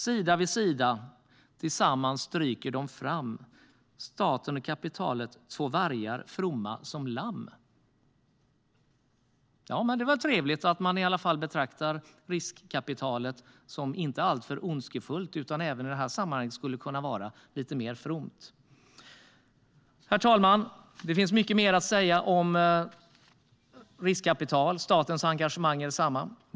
Sida vid sida, tillsammans stryker de framStaten och kapitalet, två vargar fromma som lamm Det är väl trevligt att man i alla fall betraktar riskkapitalet som inte enbart ondskefullt utan kanske även, i det här sammanhanget, lite mer fromt. Herr talman! Det finns mycket mer att säga om riskkapital och statens engagemang i detsamma.